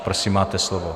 Prosím, máte slovo.